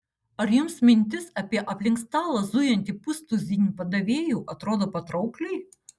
ar jums mintis apie aplink stalą zujantį pustuzinį padavėjų atrodo patraukliai